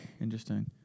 Interesting